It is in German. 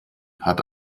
hat